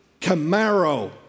Camaro